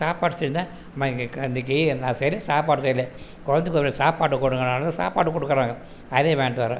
சாப்பாடு செஞ்சால் அம்மா அன்னிக்கி நான் செய்கிற சாப்பாடு செய்யல குழந்தைக்கு ஒரு வாய் சாப்பாடு கொடுங்கனாலும் சாப்பாடு கொடுக்கறாங்க அதையே வாங்ட்டு வரோம்